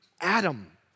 Adam